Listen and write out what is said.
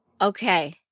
okay